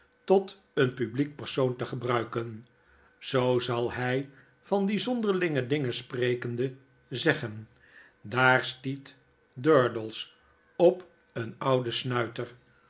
tot een publiek persoon te gebruiken zoo zal hy van die zonderlinge dingen sprekende zeggen daar stiet durdels op een ouden snuiter